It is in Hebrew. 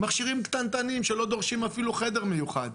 מכשירים קטנטנים, שלא דורשים אפילו חדר מיוחד.